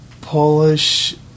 Polish